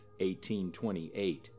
1828